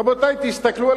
רבותי, תסתכלו על